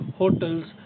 hotels